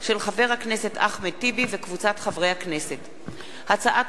של חברי הכנסת כרמל שאמה ושלי יחימוביץ, הצעת